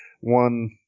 One